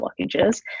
blockages